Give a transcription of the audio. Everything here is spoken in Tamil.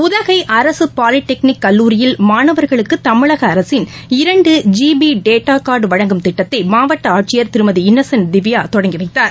உதகைஅரசுபாலிடெக்னிக் கல்லூரியில் மானவர்களுக்குதமிழகஅரசின் இரண்டு ஜிபிடேட்டாகார்டுவழங்கும் திட்டத்தைமாவட்டஆட்சியர் திருமதி இன்னசன்ட் திவ்யாதொடங்கிவைத்தார்